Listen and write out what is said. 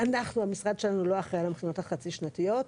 המשרד שלנו לא אחראי על המכינות החצי שנתיות,